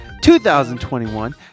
2021